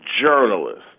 journalists